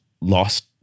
lost